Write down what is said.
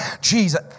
Jesus